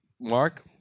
Mark